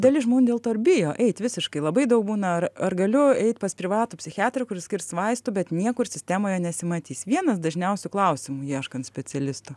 dalis žmonių dėl to ir bijo eit visiškai labai daug būna ar ar galiu eit pas privatų psichiatrą kuris skirs vaistų bet niekur sistemoje nesimatys vienas dažniausių klausimų ieškant specialisto